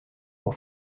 pour